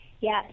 yes